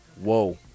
Whoa